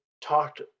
talked –